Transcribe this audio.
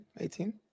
18